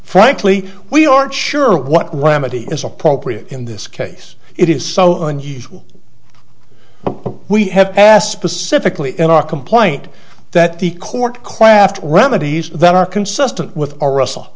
frankly we aren't sure what when it is appropriate in this case it is so unusual we have asked specifically in our complaint that the court quaffed remedies that are consistent with our russell